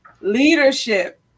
leadership